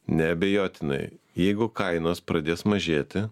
neabejotinai jeigu kainos pradės mažėti